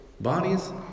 Bodies